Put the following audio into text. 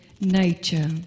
Nature